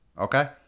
Okay